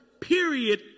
period